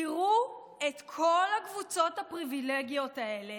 תראו את כל הקבוצות הפריבילגיות האלה